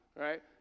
right